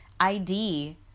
ID